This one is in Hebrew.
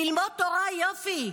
ללמוד תורה, יופי.